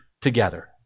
together